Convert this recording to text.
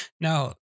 Now